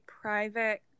private